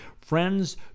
Friends